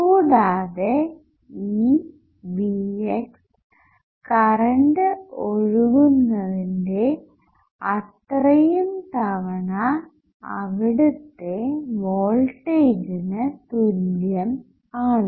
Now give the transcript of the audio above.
കൂടാതെ ഈ Vx current ഒഴുകുന്നതിന്റെ അത്രെയും തവണ അവിടത്തെ വോൾടേജിന് തുല്യം ആണ്